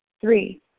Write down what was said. Three